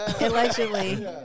allegedly